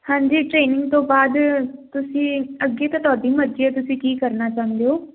ਹਾਂਜੀ ਟ੍ਰੇਨਿੰਗ ਤੋਂ ਬਾਅਦ ਤੁਸੀਂ ਅੱਗੇ ਤਾਂ ਤੁਹਾਡੀ ਮਰਜੀ ਐ ਤੁਸੀਂ ਕੀ ਕਰਨਾ ਚਾਹੁੰਦੇ ਹੋ